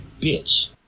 bitch